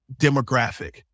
demographic